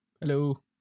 Hello